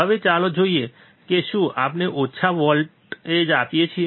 હવે ચાલો જોઈએ કે શું આપણે ઓછા વોલ્ટેજ આપીએ છીએ